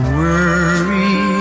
worry